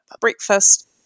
breakfast